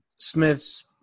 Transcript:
Smith's